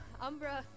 Umbra